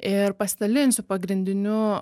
ir pasidalinsiu pagrindiniu